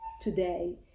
today